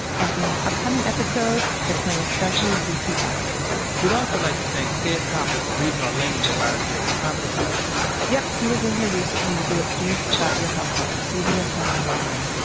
and in an upcoming episode, they're playing a special bucci outtake we'd also like to thank ted koppel for reading our language advisory at the top of the show yep. he was in here recently to do a piece about ear hustle for cbs sunday morning.